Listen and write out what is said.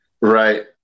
Right